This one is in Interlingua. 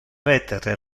vetere